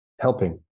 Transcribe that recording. helping